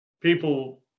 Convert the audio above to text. people